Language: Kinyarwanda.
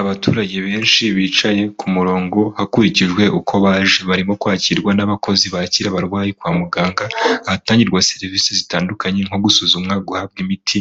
Abaturage benshi bicaye ku murongo hakurikijwe uko baje, barimo kwakirwa n'abakozi bakira abarwayi kwa muganga ahatangirwa serivisi zitandukanye nko gusuzumwa, guhabwa imiti,